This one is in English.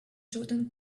jordan